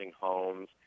homes